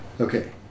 Okay